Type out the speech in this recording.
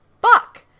Buck